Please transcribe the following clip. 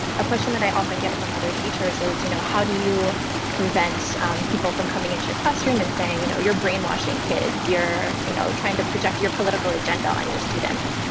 a question that i often get from other teachers is you know how do you prevent people from coming into your classroom and saying you know you're brainwash ing kids, you're you know trying to project your political agenda on your students.